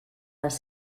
les